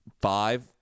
five